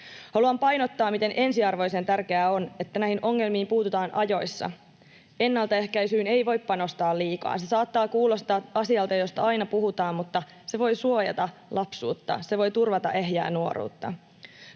Haluan painottaa, miten ensiarvoisen tärkeää on, että näihin ongelmiin puututaan ajoissa. Ennaltaehkäisyyn ei voi panostaa liikaa. Se saattaa kuulostaa asialta, josta aina puhutaan, mutta se voi suojata lapsuutta, se voi turvata ehjää nuoruutta.